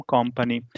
Company